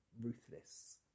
ruthless